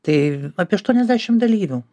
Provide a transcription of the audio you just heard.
tai apie aštuoniasdešim dalyvių